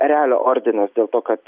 erelio ordinas dėl to kad